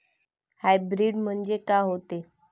Hybrid म्हनजे का होते?